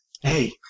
Hey